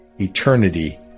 eternity